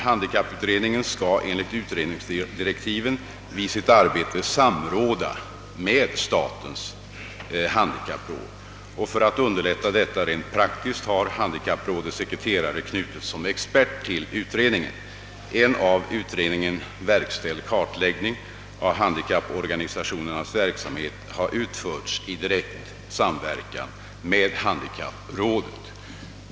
Handikapputredningen skall enligt utredningsdirektiven i sitt arbete samråda med statens handikappråd, och för att underlätta detta samråd rent praktiskt har handikapprådets sekreterare knutits som expert till utredningen. En av utredningen verkställd kartläggning av handikapporganisationernas verksamhet har utförts i direkt samverkan med handikapprådet.